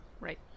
Right